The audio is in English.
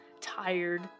tired